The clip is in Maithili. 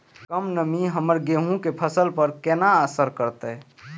कम नमी हमर गेहूँ के फसल पर केना असर करतय?